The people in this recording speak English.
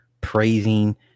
praising